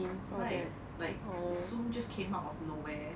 right like zoom just came out of nowhere